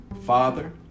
Father